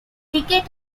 ticket